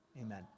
Amen